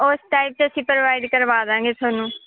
ਉਸ ਟਾਈਪ ਦੇ ਅਸੀਂ ਪ੍ਰੋਵਾਈਡ ਕਰਵਾ ਦੇਵਾਂਗੇ ਤੁਹਾਨੂੰ